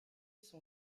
son